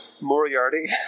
Moriarty